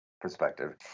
perspective